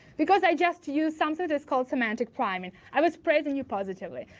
because i just use something that is called semantic priming. i was praising you positively.